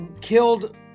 Killed